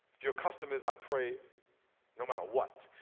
your custom is i pray no matter what.